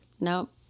nope